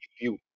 view